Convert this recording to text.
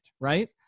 right